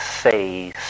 say